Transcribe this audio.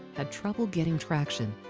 had trouble getting traction.